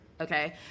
okay